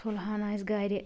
ٹھُلہٕ ہانہ آسہِ گھرِ